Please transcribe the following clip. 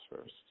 first